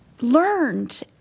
learned